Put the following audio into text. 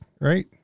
right